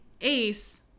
Ace